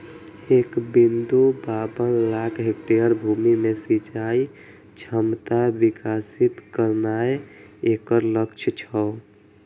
एक बिंदु बाबन लाख हेक्टेयर भूमि मे सिंचाइ क्षमता विकसित करनाय एकर लक्ष्य छै